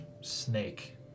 snake